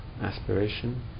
aspiration